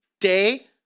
day